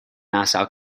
nassau